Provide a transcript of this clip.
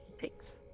Thanks